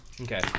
Okay